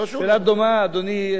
שאלה דומה, שאדוני,